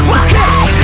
okay